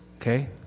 okay